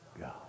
God